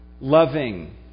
loving